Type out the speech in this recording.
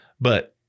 But-